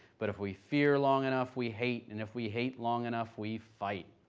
but if we fear long enough we hate, and if we hate long enough we fight.